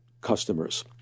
customers